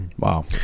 wow